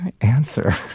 answer